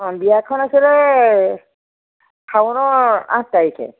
অঁ বিয়াখন আছিলে শাওণৰ আঠ তাৰিখে